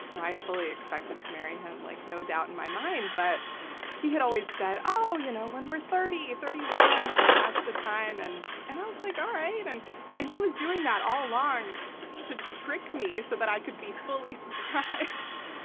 i fully expected to marry him like no doubt in my mind. but he had always said, oh, you know, when we're thirty, thirty one, like that's the time. and and i was like, all right. and and he was doing that all along to trick me so that i could be fully surprised.